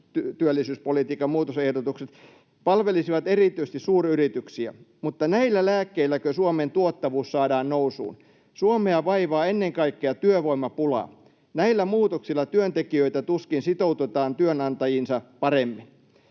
työllisyyspolitiikan muutosehdotukset, ”erityisesti suuryrityksiä, mutta näilläkö lääkkeillä Suomen tuottavuus saadaan nousuun? Suomea vaivaa ennen kaikkea työvoimapula. Näillä muutoksilla työntekijöitä tuskin sitoutetaan työnantajiinsa paremmin.